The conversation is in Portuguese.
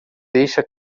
deixa